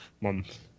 month